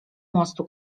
mostu